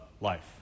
life